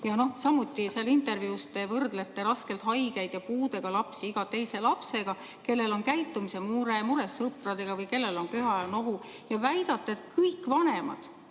vajavad. Samuti te seal intervjuus võrdlete raskelt haigeid ja puudega lapsi iga teise lapsega, kellel on käitumismure, mure sõpradega või kellel on köha ja nohu, ja väidate, et kõik vanemad